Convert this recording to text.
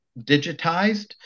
digitized